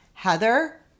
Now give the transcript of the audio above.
Heather